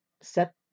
set